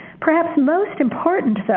perhaps most important, though,